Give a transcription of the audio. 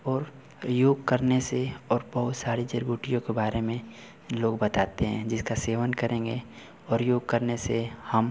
और योग करने से और बहुत सारी जड़ीबूटीयों के बारे में लोग बताते हैं जिसका सेवन करेंगे और योग करने से हम